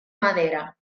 madera